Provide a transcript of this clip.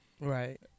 Right